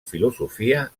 filosofia